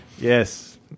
Yes